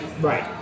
Right